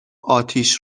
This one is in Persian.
اتیش